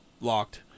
locked